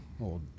old